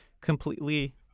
completely